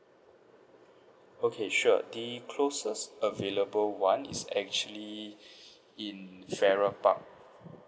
okay sure the closest available one is actually in farrer park